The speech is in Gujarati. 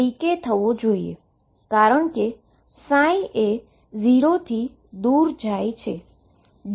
કારણ કે એ 0 થી દૂર જાય છે